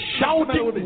Shouting